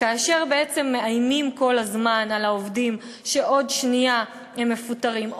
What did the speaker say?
כאשר מאיימים כל הזמן על העובדים שעוד שנייה הם מפוטרים,